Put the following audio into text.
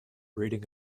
reading